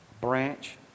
Branch